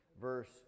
Verse